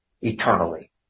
eternally